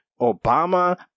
Obama